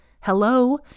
Hello